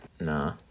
Nah